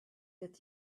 that